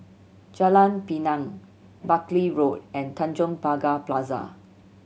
Jalan Pinang Buckley Road and Tanjong Pagar Plaza